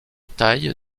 taille